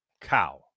cow